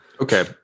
Okay